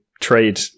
trade